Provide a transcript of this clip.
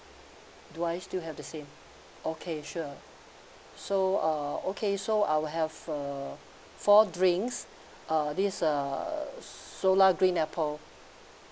do I still have the same okay sure so uh okay so I'll have uh four drinks uh this uh soda green apple